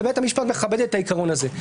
ובית המשפט מכבד את העיקרון הזה.